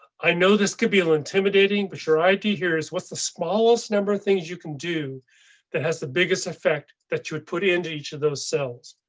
i know this could be an intimidating, but your idea here is what's the smallest number of things you can do that has the biggest effect that you would put into each of those cells.